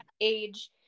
age